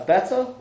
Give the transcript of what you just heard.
better